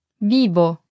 Vivo